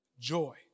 joy